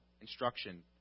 instruction